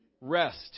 Rest